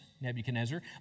Nebuchadnezzar